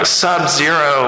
sub-zero